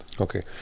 okay